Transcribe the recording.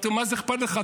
אמרתי לו: מה זה אכפת לך?